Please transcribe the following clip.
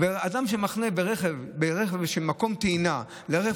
אדם שמחנה ברכב של מקום טעינה לרכב